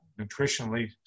nutritionally